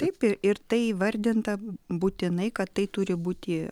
taip ir ir tai įvardinta būtinai kad tai turi būti